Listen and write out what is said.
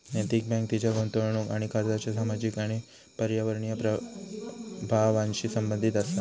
नैतिक बँक तिच्या गुंतवणूक आणि कर्जाच्या सामाजिक आणि पर्यावरणीय प्रभावांशी संबंधित असा